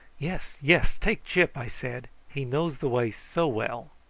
yes, yes take gyp! i said he knows the way so well.